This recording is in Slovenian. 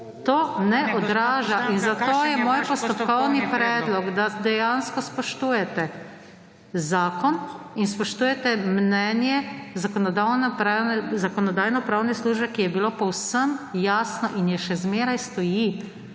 To ne odraža in zato je moj postopkovni predlog, da dejansko spoštujete zakon in spoštujete mnenje Zakonodajno-pravne službe, ki je bilo povsem jasno in je, še zmeraj stoji.